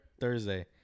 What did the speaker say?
Thursday